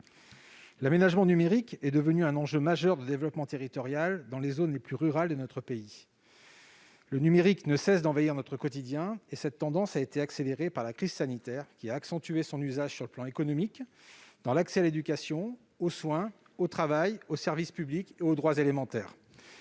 L'aménagement numérique est devenu un enjeu majeur de développement territorial dans les zones les plus rurales de notre pays. Le numérique ne cesse d'envahir notre quotidien et cette tendance a été accélérée par la crise sanitaire, qui a accentué son usage sur le plan économique, dans l'accès à l'éducation, aux soins, au travail, aux services publics et aux droits élémentaires.